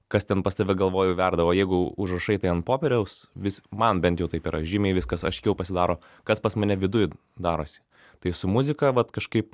kas ten pas tave galvoj verda o jeigu užrašai tai ant popieriaus vis man bent jau taip yra žymiai viskas aiškiau pasidaro kas pas mane viduj darosi tai su muzika vat kažkaip